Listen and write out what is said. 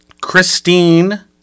Christine